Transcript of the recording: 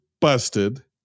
busted